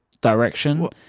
direction